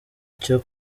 cyo